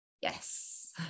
Yes